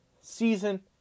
season